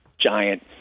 giant